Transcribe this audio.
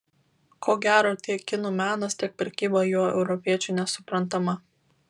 ko gero tiek kinų menas tiek prekyba juo europiečiui nesuprantama